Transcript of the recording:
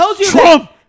Trump